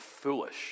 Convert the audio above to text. foolish